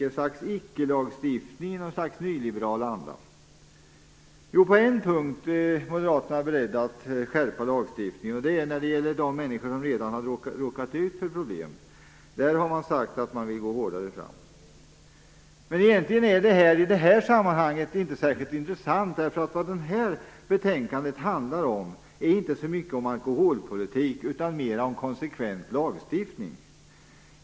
Det är ett slags icke-lagstiftning i något slags nyliberal anda. På en punkt är Moderaterna beredda att skärpa lagstiftningen. Det gäller de människor som redan har råkat ut för problem. Där har man sagt att man vill gå hårdare fram. Egentligen är det inte särskilt intressant i det här sammanhanget. Vad detta betänkande handlar om är inte så mycket alkoholpolitik utan mer konsekvent lagstiftning.